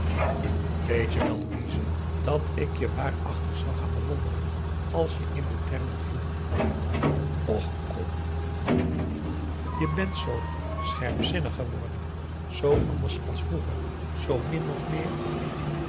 weet je wel louise dat ik je waarachtig zou gaan bewonderen als je in de termen viel och kom je bent zoo scherpzinnig geworden zoo anders als vroeger zoo min of meer